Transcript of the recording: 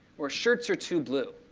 or shirts are too blue.